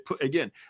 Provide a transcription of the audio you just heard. Again